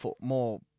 more